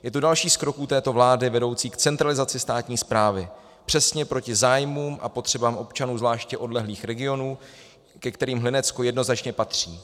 Je to další z kroků této vlády vedoucí k centralizaci státní správy, přesně proti zájmům a potřebám občanů zvláště odlehlých regionů, ke kterým Hlinecko jednoznačně patří.